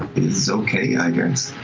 is okay, i